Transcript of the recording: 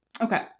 Okay